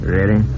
Ready